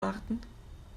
warten